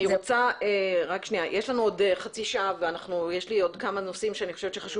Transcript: יש לנו עוד חצי שעה ויש לי עוד כמה נושאים שאני חושבת שחשוב